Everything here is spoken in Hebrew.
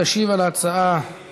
תשיב על ההצעה, אני